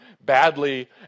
badly